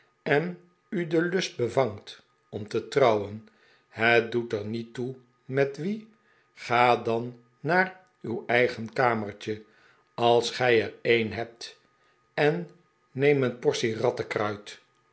en u de lust bevangt om te trouwen het doet er niet toe met wie ga dan naar uw eigen kamertje als gij er een hebt eh neem een